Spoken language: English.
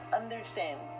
understand